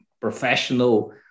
professional